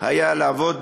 לעבוד